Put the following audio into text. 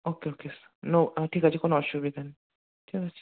ওকে okay no ঠিক আছে কোনো অসুবিধা নেই ঠিক আছে